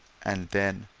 and then,